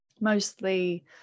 mostly